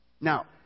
Now